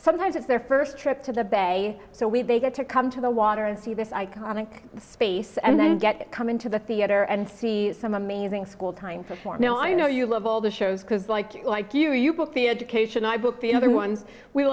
sometimes it's their first trip to the bay so we they get to come to the water and see this iconic space and then get come into the theater and see some amazing school time for for now i know you love all the shows because like like you you book the education i book the other ones we